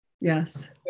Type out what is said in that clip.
Yes